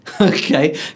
Okay